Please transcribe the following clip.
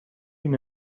been